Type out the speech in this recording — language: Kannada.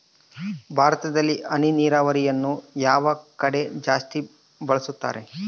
ಭಾರತದಲ್ಲಿ ಹನಿ ನೇರಾವರಿಯನ್ನು ಯಾವ ಕಡೆ ಜಾಸ್ತಿ ಬಳಸುತ್ತಾರೆ?